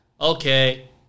Okay